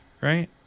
right